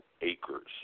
acres